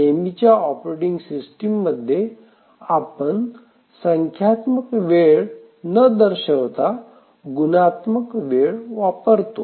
नेहमीच्या operating system मध्ये आपण संख्यात्मक वेळ न दर्शवता गुणात्मक वेळ वापरतो